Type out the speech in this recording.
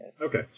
Okay